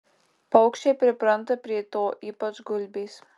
paukščiai pripranta prie to ypač gulbės